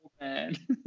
man